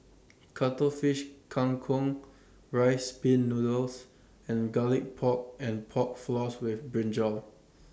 Cuttlefish Kang Kong Rice Pin Noodles and Garlic Pork and Pork Floss with Brinjal